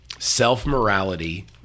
self-morality